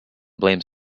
blames